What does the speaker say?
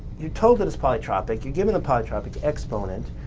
you're told that it's polytropic, you're given the polytropic exponent.